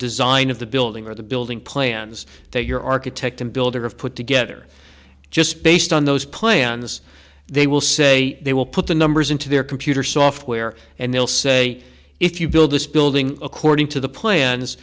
design of the building or the building plans that your architect and builder of put together just based on those plans they will say they will put the numbers into their computer software and they'll say if you build this building according to the plans